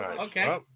Okay